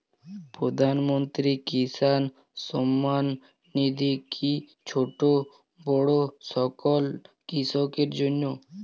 প্রধানমন্ত্রী কিষান সম্মান নিধি কি ছোটো বড়ো সকল কৃষকের জন্য?